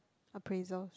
appraisal